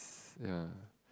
ya